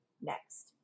next